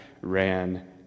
ran